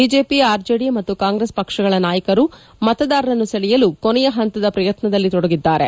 BJP RJD ಮತ್ತು ಕಾಂಗ್ರೆಸ್ ಪಕ್ಷಗಳ ನಾಯಕರು ಮತದಾರರನ್ನು ಸೆಳೆಯಲು ಕೊನೆಯ ಹಂತದ ಪ್ರಯತ್ನದಲ್ಲಿ ತೊಡಗಿದ್ದಾರೆ